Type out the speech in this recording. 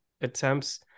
attempts